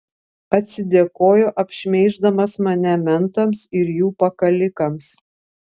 atsidėkojo apšmeiždamas mane mentams ir jų pakalikams